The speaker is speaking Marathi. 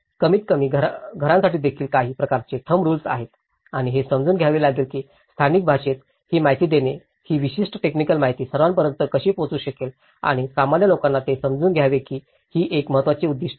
कमी किमतीच्या घरांसाठी देखील काही प्रकारचे थम्ब रुल्स आहेत आणि हे समजून घ्यावे लागेल की स्थानिक भाषेत ही माहिती देणे ही विशिष्ट टेक्निकल माहिती सर्वसामान्यांपर्यंत कशी पोहोचू शकेल आणि सामान्य लोकांना ते समजून घ्यावे ही एक महत्त्वाची उद्दीष्ट आहे